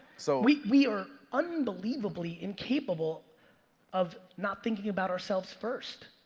so we we are unbelievable yeah incapable of not thinking about ourselves first.